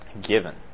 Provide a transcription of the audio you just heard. given